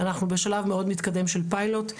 אנחנו בשלב מאוד מתקדם של פיילוט,